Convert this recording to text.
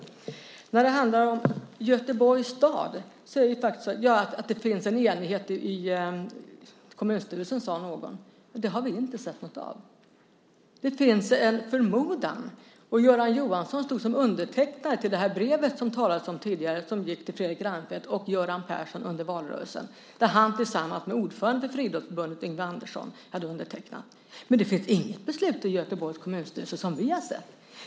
När det gäller Göteborgs stad sade någon att det finns en enighet i kommunstyrelsen. Den enigheten har vi inte sett av. Det finns en förmodan . Göran Johansson stod som undertecknare av det brev som det tidigare talats om och som gick till Fredrik Reinfeldt och Göran Persson under valrörelsen - ett brev som Göran Johansson och Friidrottsförbundets ordförande Yngve Andersson undertecknat. Men det finns inget beslut i Göteborgs kommunstyrelse som vi har sett.